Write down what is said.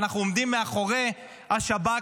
אנחנו עומדים מאחורי השב"כ,